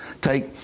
Take